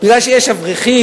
שמפני שיש אברכים,